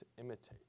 imitate